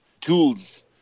tools